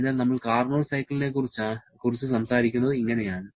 അതിനാൽ നമ്മൾ കാർനോട്ട് സൈക്കിളിനെക്കുറിച്ച് സംസാരിക്കുന്നത് ഇങ്ങനെയാണ്